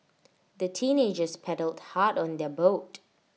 the teenagers paddled hard on their boat